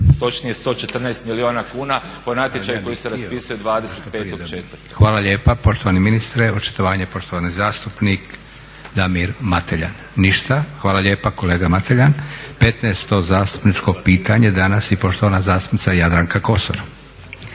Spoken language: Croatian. točnije 114 milijuna kuna po natječaju koji se raspisuje 25.4. **Leko, Josip (SDP)** Hvala lijepa poštovani ministre. Očitovanje poštovani zastupnik Damir Mateljan. Ništa, hvala lijepa kolega Mateljan. Petnaesto zastupničko pitanje danas i poštovana zastupnica Jadranka Kosor.